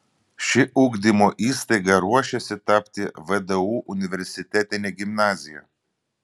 ši ugdymo įstaiga ruošiasi tapti vdu universitetine gimnazija